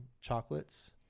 chocolates